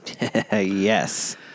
Yes